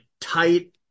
tight